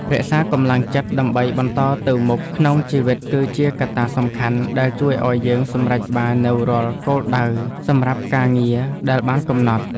រក្សាកម្លាំងចិត្តដើម្បីបន្តទៅមុខក្នុងជីវិតគឺជាកត្តាសំខាន់ដែលជួយឱ្យយើងសម្រេចបាននូវរាល់គោលដៅសម្រាប់ការងារដែលបានកំណត់។